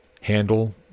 handle